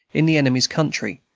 in the enemy's country,